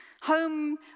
home